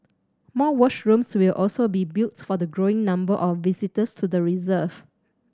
more washrooms will also be built for the growing number of visitors to the reserve